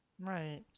Right